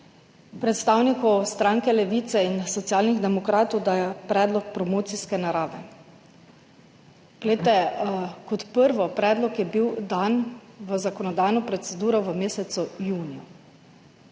predstavnikov stranke Levica in Socialnih demokratov, da je predlog promocijske narave. Glejte, kot prvo, predlog je bil dan v zakonodajno proceduro v mesecu juniju.